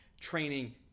Training